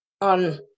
on